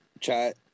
chat